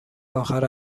آخر